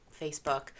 Facebook